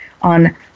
on